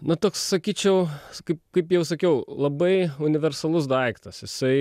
na toks sakyčiau kaip kaip jau sakiau labai universalus daiktas jisai